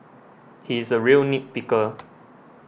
he is a real nit picker